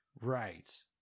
Right